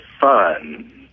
fun